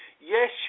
Yes